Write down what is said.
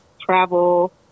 travel